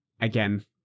Again